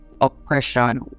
oppression